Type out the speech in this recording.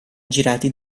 girati